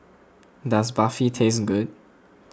does Barfi taste good